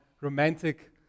romantic